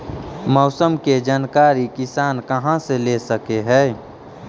मौसम के जानकारी किसान कहा से ले सकै है?